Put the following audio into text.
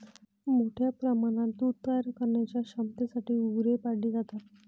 मोठ्या प्रमाणात दूध तयार करण्याच्या क्षमतेसाठी गुरे पाळली जातात